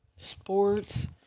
Sports